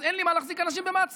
אז אין לי מה להחזיק אנשים במעצר.